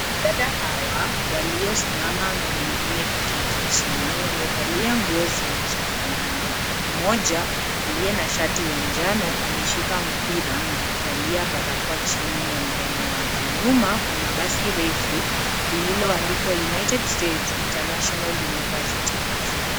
Dada hawa , waliosimama na wengine kuketi chini, wamevalia nguo zinazofanana. Mmoja aliye na shati ya njano, ameshika mpira na kuvalia barakoa chini ya mdomo wake. Nyuma kuna basi refu lililoandikwa, United State International University Africa.